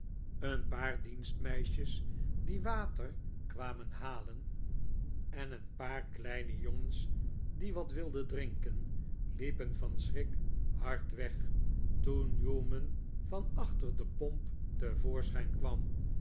een paar dienstmeisjes die water kwamen halen en een paar kleine jongens die wat wilden drinken liepen van schrik hard weg toen newman van achter de pomp te voorschijn kwam